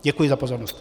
Děkuji za pozornost.